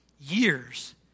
years